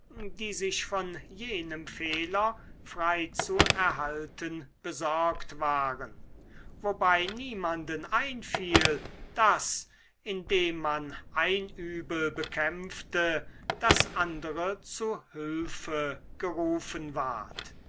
die sich von jenem fehler frei zu erhalten besorgt waren wobei niemanden einfiel daß indem man ein übel bekämpfte das andere zu hülfe gerufen ward